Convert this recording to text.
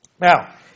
Now